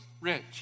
rich